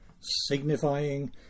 signifying